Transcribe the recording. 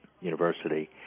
University